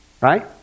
Right